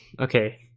okay